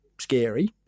scary